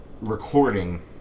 recording